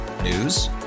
News